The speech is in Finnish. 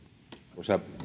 arvoisa